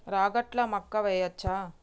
రాగట్ల మక్కా వెయ్యచ్చా?